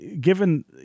Given